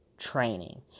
Training